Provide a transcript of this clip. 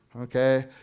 Okay